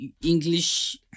english